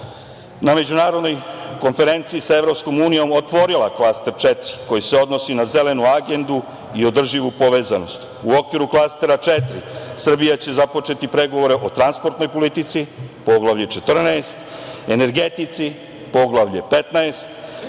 na Međunarodnoj konferenciji sa EU otvorila Klaster 4. koji se odnosi na Zelenu agendu i održivu povezanost. U okviru Klastera 4. Srbija će započeti pregovore o transportnoj politici - Poglavlje 14, energetici – Poglavlje 15,